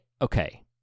okay